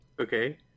okay